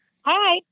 Hi